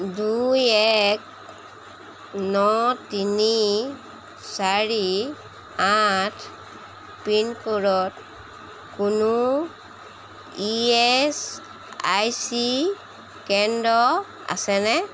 দুই এক ন তিনি চাৰি আঠ পিনক'ডত কোনো ইএচআইচি কেন্দ্ৰ আছেনে